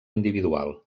individual